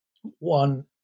one